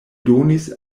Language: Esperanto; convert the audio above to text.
donis